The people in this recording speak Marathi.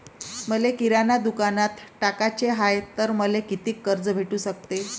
मले किराणा दुकानात टाकाचे हाय तर मले कितीक कर्ज भेटू सकते?